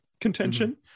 contention